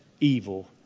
evil